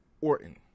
Orton